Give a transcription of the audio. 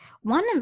one